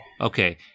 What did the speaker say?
Okay